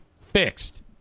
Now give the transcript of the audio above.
fixed